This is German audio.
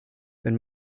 wenn